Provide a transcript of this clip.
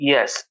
Yes